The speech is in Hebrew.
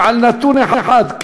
ולא נתון אחד,